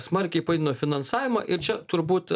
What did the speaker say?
smarkiai padidino finansavimą ir čia turbūt